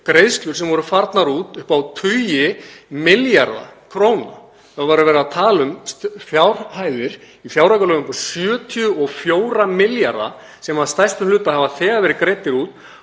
greiðslur sem voru farnar út upp á tugi milljarða króna. Það var verið að tala um fjárhæðir í fjáraukalögum upp á 74 milljarða sem að stærstum hluta hafa þegar verið greiddar út.